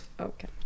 okay